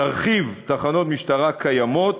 תרחיב תחנות משטרה קיימות